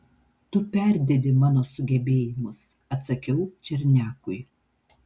tu perdedi mano sugebėjimus atsakiau černiakui